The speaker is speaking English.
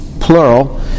plural